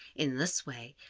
in this way,